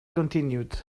continued